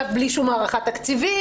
בלי שום הערכה תקציבית.